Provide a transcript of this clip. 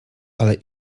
ale